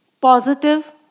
positive